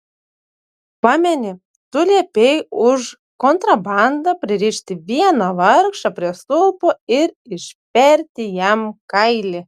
pameni tu liepei už kontrabandą pririšti vieną vargšą prie stulpo ir išperti jam kailį